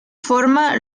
forma